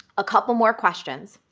a couple more questions.